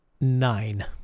nine